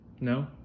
No